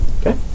Okay